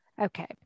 Okay